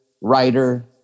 writer